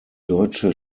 deutsche